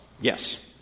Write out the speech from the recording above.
Yes